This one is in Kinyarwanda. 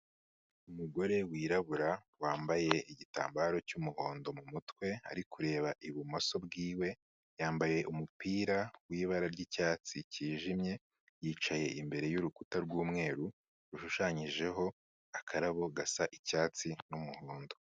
Umugore wirabura wambaye igitambaro cy'umuhondo mu mutwe, ari kureba ibumoso bwiwe. Yambaye umupira wi'bara ry'icyatsi cyijimye, yicaye imbere y'urukuta ry'umweru rushushanyijeho akarabo gasa icyatsi n'umuhondo.